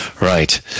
Right